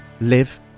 live